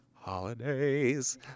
holidays